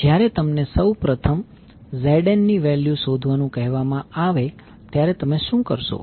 જ્યારે તમને સૌ પ્રથમ ZNની વેલ્યૂ શોધવાનું કહેવામાં આવે ત્યારે તમે શું કરશો